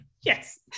Yes